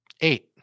Eight